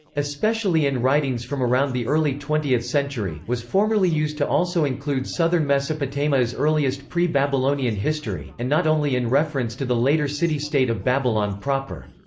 especially in writings from around the early twentieth century, was formerly used to also include southern mesopotamia's earliest pre-babylonian history, and not only in reference to the later city-state of babylon proper.